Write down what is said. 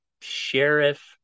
sheriff